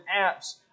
apps